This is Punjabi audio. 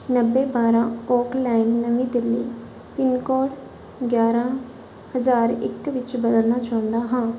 ਨੱਬੇ ਬਾਰ੍ਹਾਂ ਓਕਲੇਨ ਨਵੀਂ ਦਿੱਲੀ ਪਿੰਨ ਕੋਡ ਗਿਆਰ੍ਹਾਂ ਹਜ਼ਾਰ ਇੱਕ ਵਿੱਚ ਬਦਲਣਾ ਚਾਹੁੰਦਾ ਹਾਂ